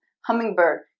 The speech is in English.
hummingbird